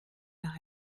nach